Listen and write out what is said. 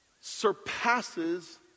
surpasses